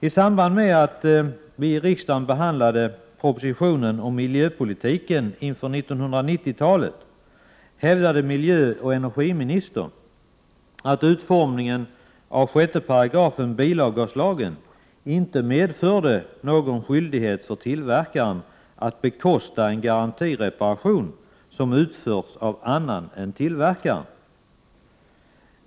I samband med behandlingen av propositionen om miljöpolitiken inför 1990-talet hävdade miljöoch energiministern att utformningen av 6 § bilavgaslagen inte medförde någon skyldighet för tillverkaren att bekosta en garantireparation, som utförts av annan än tillverkaren.